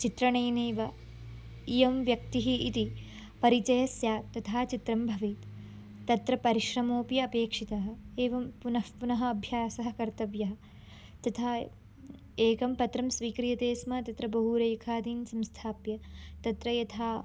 चित्रणेनैव इयं व्यक्तिः इति परिचयस्स्यात् तथा चित्रम् भवेत् तत्र परिश्रमोपि अपेक्षितः एवं पुनः पुनः अभ्यासः कर्तव्यः तथा एकं पत्रं स्वीक्रियते स्म तत्र बहु रेखादीन् संस्थाप्य तत्र यथा